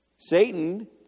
Satan